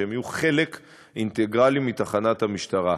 שהם יהיו חלק אינטגרלי מתחנת המשטרה.